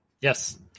Yes